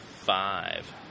five